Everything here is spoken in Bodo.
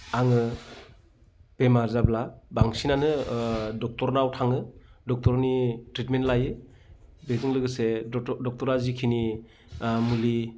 आङो बेमार जाब्ला बांसिनानो ड'क्टरनाव थाङो ड'क्टरनि ट्रिटमेन्ट लायो बेजों लोगोसे ड'क्टर ड'क्टरा जिखिनि मुलि